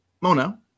Mona